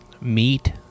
meat